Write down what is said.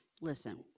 Listen